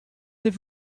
live